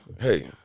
hey